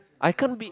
I can't be